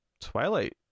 Twilight